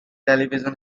television